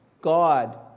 God